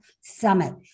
Summit